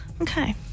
Okay